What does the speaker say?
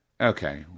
Okay